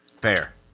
Fair